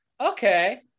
Okay